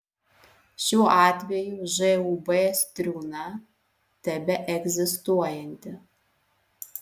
šiuo atveju žūb striūna tebeegzistuojanti